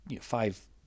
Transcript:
five